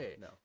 no